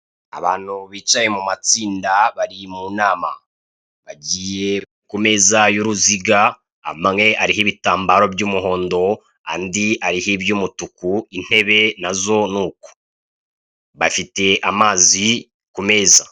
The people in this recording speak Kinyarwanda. Abantu bicaye mu matsinda bari mu nama bagiye ku meza y'uruziga amwe ariho ibitambaro by'umuhondo andi ariho iby'umutuku intebe nazo ni uko bafite amazi ku meza.